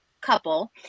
couple